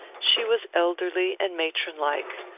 she was elderly and matron-like.